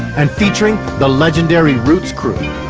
and featuring the legendary roots crew.